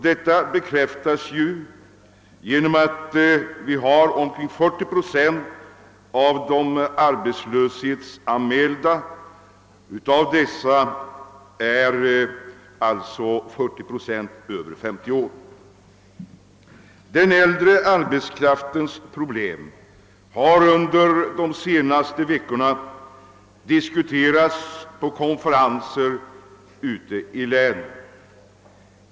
Detta bekräftas av att omkring 40 procent av de arbetslöshetsanmälda är över 50 år. Den äldre arbetskraftens problem har under de senaste veckorna diskuterats på konferenser ute i länen.